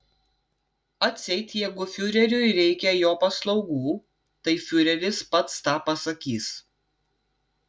atseit jeigu fiureriui reikia jo paslaugų tai fiureris pats tą pasakys